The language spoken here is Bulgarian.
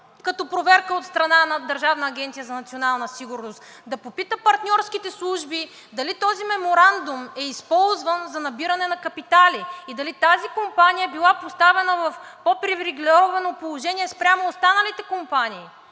за национална сигурност, да попита партньорските служби дали този меморандум е използван за набиране на капитали и дали тази компания е била поставена в по-привилегировано положение спрямо останалите компании.